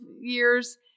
years